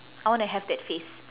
I wanna have that face